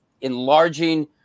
enlarging